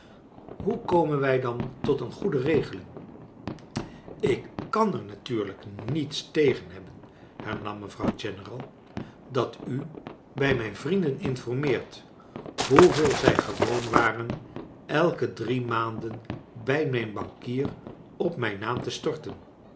hoe komen wij dan tot een goede regeling ik kan er natuurlijk niets tegen hebben hernam mevrouw general dat u bij mijn vrienden informeert hoeveel zij gewoon waren elke drie maanden bij mijn bankier op mijn naam te storteiv